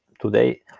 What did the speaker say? Today